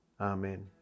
Amen